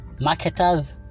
marketers